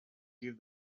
gave